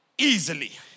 Easily